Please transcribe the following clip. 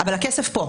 אבל הכסף פה.